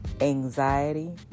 anxiety